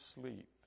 sleep